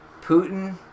Putin